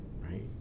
right